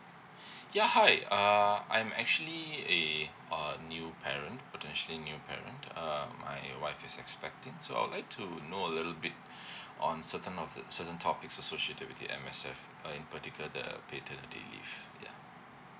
ya hi err I'm actually a uh new parent potentially new parent uh my wife is expecting so I would like to know a little bit on certain of the certain topics associated with the M_S_F uh in particular the paternily leave yeah